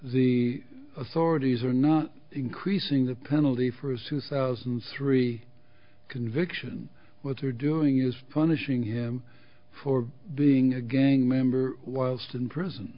the authorities are not increasing the penalty fruit two thousand and three conviction with you're doing is punishing him for being a gang member was in prison